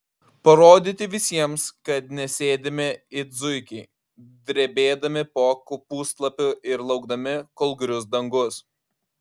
parodyti visiems kad nesėdime it zuikiai drebėdami po kopūstlapiu ir laukdami kol grius dangus